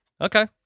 okay